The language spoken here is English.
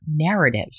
narrative